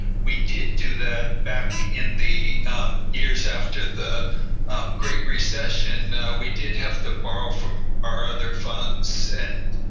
we did do that back in the years after the great recession. we did have to borrow from our other funds, and